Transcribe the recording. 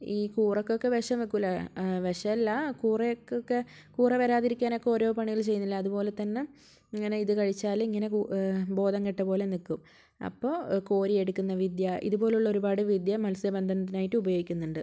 ഈ കൂറക്കൊക്കെ വിഷം വെക്കൂല്ലേ വിഷമല്ല കൂറക്ക് ക്കെ കൂറ വരാതിരിക്കാനൊക്കെ ഓരോ പണികൾ ചെയ്യുന്നില്ലേ അതുപോലെ തന്നെ ഇങ്ങനെ ഇത് കഴിച്ചാൽ ഇങ്ങനെ കൂ ബോധം കെട്ടപോലെ നിക്കും അപ്പോൾ കോരിയെടുക്കുന്ന വിദ്യ ഇതുപോലുള്ള ഒരുപാട് വിദ്യ മത്സ്യബന്ധനത്തിനായിട്ട് ഉപയോഗിക്കുന്നുണ്ട്